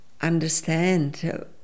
understand